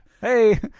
Hey